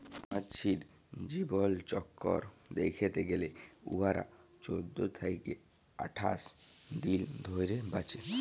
মমাছির জীবলচক্কর দ্যাইখতে গ্যালে উয়ারা চোদ্দ থ্যাইকে আঠাশ দিল ধইরে বাঁচে